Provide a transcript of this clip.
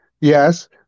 yes